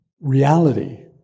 reality